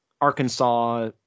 Arkansas